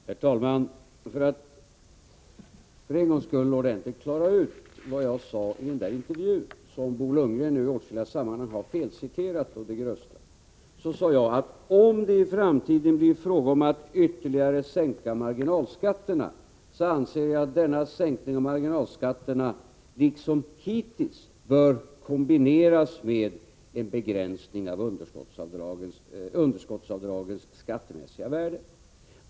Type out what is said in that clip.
Herr talman! Jag vill en gång för alla ordentligt klara ut vad jag sade i den intervju som Bo Lundgren nu i åtskilliga sammanhang har felciterat å det grövsta. Jag sade: Om det i framtiden blir fråga om att ytterligare sänka marginalskatterna anser jag att denna sänkning av marginalskatterna, liksom hittills, bör kombineras med en begränsning av underskottsavdragens skattemässiga värde.